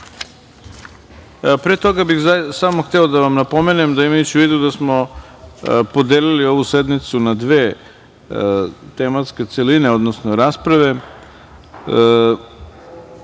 toga bih samo hteo da vam napomenem da, imajući u vidu da smo podelili ovu sednicu na dve tematske celine, odnosno rasprave,